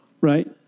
Right